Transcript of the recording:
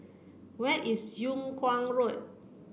where is Yung Kuang Road